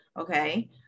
Okay